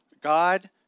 God